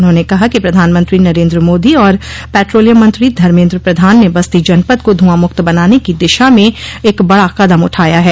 उन्होंने कहा कि प्रधानमंत्री नरेन्द्र मोदी और पेट्रोलियम मंत्री धर्मेन्द्र प्रधान ने बस्ती जनपद को धुंआ मुक्त बनाने की दिशा में एक बड़ा कदम उठाया है